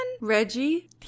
reggie